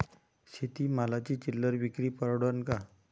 शेती मालाची चिल्लर विक्री परवडन का?